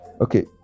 okay